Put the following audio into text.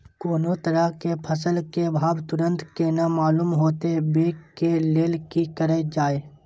कोनो तरह के फसल के भाव तुरंत केना मालूम होते, वे के लेल की करल जाय?